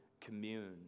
commune